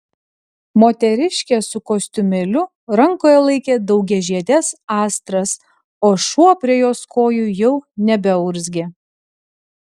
moteriškė su kostiumėliu rankoje laikė daugiažiedes astras o šuo prie jos kojų jau nebeurzgė